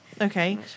Okay